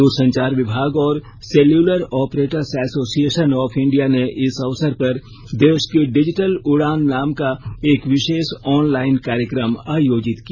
दूरसंचार विभाग और cellular operators association of India ने इस अवसर पर देश की डिजिटल उड़ान नाम का एक विशेष ऑनलाइन कार्यक्रम आयोजित किया